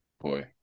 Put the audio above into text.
Boy